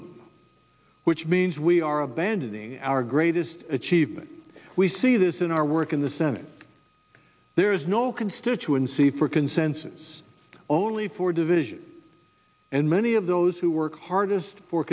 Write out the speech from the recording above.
knows which means we are abandoning our greatest achievement we see this in our work in the senate there is no constituency for consensus only for division and many of those who work hardest for